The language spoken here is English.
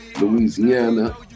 Louisiana